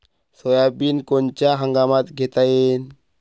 Soybean कोनच्या हंगामात घेता येईन?